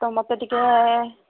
ତ ମୋତେ ଟିକିଏ